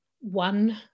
one